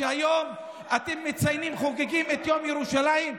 היום אתם מציינים, חוגגים את יום ירושלים.